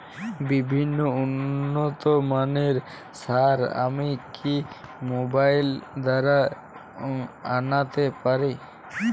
বিভিন্ন উন্নতমানের সার আমি কি মোবাইল দ্বারা আনাতে পারি?